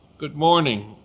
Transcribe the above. good morning.